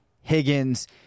Higgins